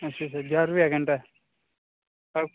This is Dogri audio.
अच्छा अच्छा ज्हार रुपया घैंटा ऐ